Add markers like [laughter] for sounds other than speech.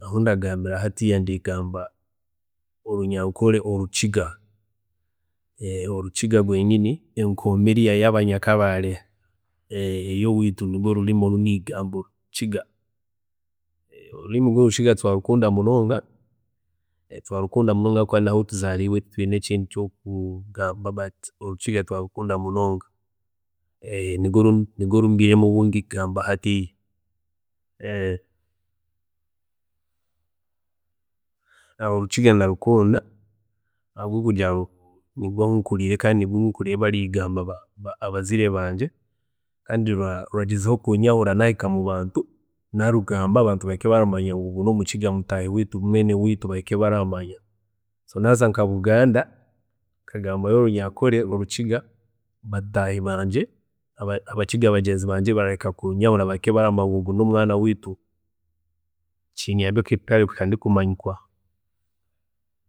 ﻿Ahu ndagambira hatiiya ndi kugamba orunyankore orukiga, [hesitation] orukiga rwenyini enkoombe eriiya orwabanya kabare, [hesitation] eyoweitu nirwe rurimi orundikugamba orukiga. Orurimi rworukiga turarukunda munonga, turarukunda munonga ahabwokuba nahu tuzaariirwe titwiine kindi ekyokugamba but orukiga turarukunda munonga [hesitation] nirwe rurimi orwiine igamba hatiiya, [hesitation] orukiga ndarukunda habwokugira ngu niyo ahu nkuriire kandi nirwe ahu nkuriire barikurugamba abazeire bangye kandi ruragyezaho kunyahura nahika mubantu narugamba abantu bahike baranyahura baragira ngu ogu nomukiga mutaahi weitu, mwene weitu bahike baramanya, so naaza nka buganda, nkagambayo orunyankore orukiga, bataahi bangye abakiga bagenzi bangye barahika baranyahura kumanya ngu ogu nomwaana weitu, kinyambe kuhikayo kuhika ndi kumanyikwa.